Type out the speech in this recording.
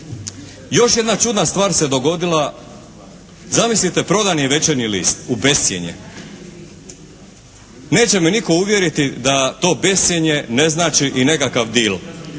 Još jedna čudna stvar se dogodila. Zamislite, prodan je "Večernji list" u bescjenje. Neće me nitko uvjeriti da to bescjenje ne znači i nekakav deal.